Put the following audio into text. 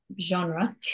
genre